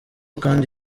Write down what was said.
kandi